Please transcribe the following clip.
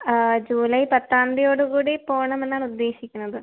July പത്താംന്തീയോട് കൂടി പോകണം എന്നാണ് ഉദ്ദേശിക്കുന്നത്